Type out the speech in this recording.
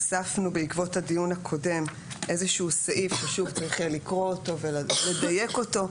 הוספנו בעקבות הדיון הקודם איזשהו סעיף שצריך לקרוא אותו ולדייק אותו,